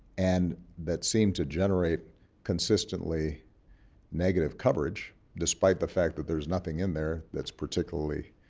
and that seem to generate consistently negative coverage despite the fact that there's nothing in there that's particularly